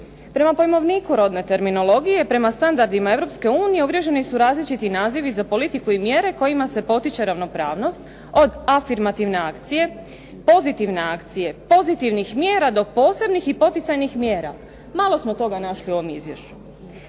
Prema pojmovniku rodne terminologije, prema standardima Europske unije uvriježeni su različiti nazivi za politiku i mjere kojima se potiče ravnopravnost od afirmativne akcije, pozitivne akcije, pozitivnih mjera do posebnih i poticajnih mjera. Malo smo toga našli u ovom izvješću.